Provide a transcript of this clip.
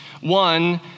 One